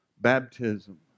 Baptism